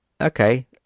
okay